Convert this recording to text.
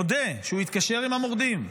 מודה שהוא התקשר עם המורדים הללו,